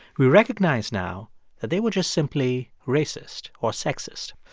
we recognize now that they were just simply racist or sexist.